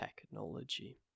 technology